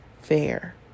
fair